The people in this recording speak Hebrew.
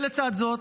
לצד זאת,